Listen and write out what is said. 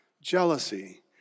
jealousy